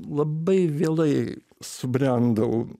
labai vėlai subrendau